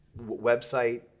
website